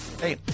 hey